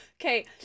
Okay